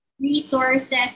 resources